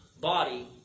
body